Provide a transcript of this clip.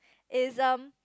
is um